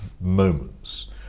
moments